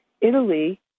Italy